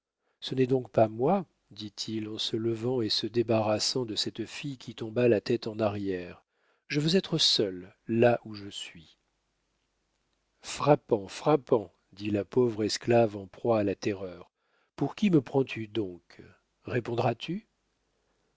ce n'est donc pas moi dit-il en se levant et se débarrassant de cette fille qui tomba la tête en arrière je veux être seul là où je suis frappant frappant dit la pauvre esclave en proie à la terreur pour qui me prends-tu donc répondras-tu